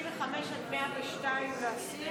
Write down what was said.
95 102 להסיר.